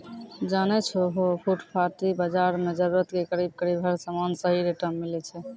जानै छौ है फुटपाती बाजार मॅ जरूरत के करीब करीब हर सामान सही रेटो मॅ मिलै छै